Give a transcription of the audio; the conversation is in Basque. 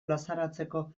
plazaratzeko